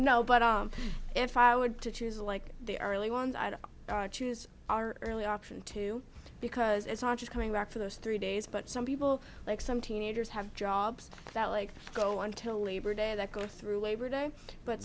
know but if i would to choose like the early ones i'd choose our early option too because it's not just coming back for those three days but some people like some teenagers have jobs that like go until labor day that go through labor day but